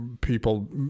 people